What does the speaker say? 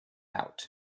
out